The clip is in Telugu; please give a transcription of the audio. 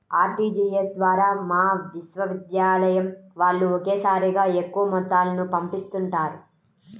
ఆర్టీజీయస్ ద్వారా మా విశ్వవిద్యాలయం వాళ్ళు ఒకేసారిగా ఎక్కువ మొత్తాలను పంపిస్తుంటారు